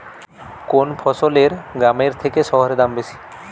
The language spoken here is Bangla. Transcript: কোন ফসলের গ্রামের থেকে শহরে দাম বেশি?